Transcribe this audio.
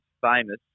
famous